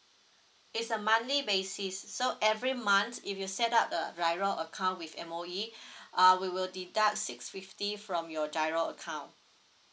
it's a monthly basis so every month if you set up the GIRO account with M_O_E uh we will deduct six fifty from your GIRO account